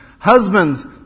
Husbands